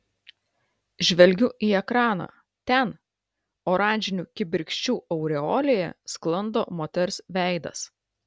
žvelgiu į ekraną ten oranžinių kibirkščių aureolėje sklando moters veidas